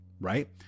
right